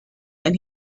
that